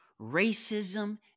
racism